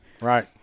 Right